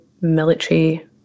military